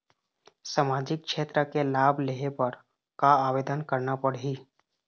सामाजिक क्षेत्र के लाभ लेहे बर का आवेदन करना पड़ही?